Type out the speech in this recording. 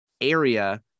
area